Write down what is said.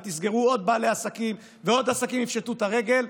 ותסגרו עוד עסקים ועוד בעלי עסקים יפשטו את הרגל,